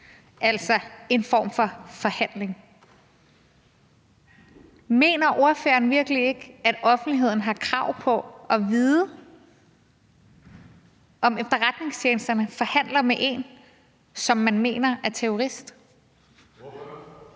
altså en form for forhandling. Mener ordføreren virkelig ikke, at offentligheden har krav på at vide, om efterretningstjenesterne forhandler med en, som man mener er terrorist? Kl.